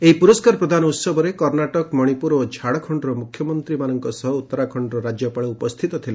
ଏହି ପୁରସ୍କାର ପ୍ରଦାନ ଉତ୍ସବରେ କର୍ଷାଟକ ମଣିପୁର ଓ ଝାଡ଼ଖଣ୍ଡର ମୁଖ୍ୟମନ୍ତ୍ରୀମାନଙ୍କ ସହ ଉତ୍ତରାଖଣ୍ଡର ରାଜ୍ୟପାଳ ଉପସ୍ଥିତ ଥିଲେ